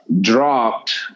dropped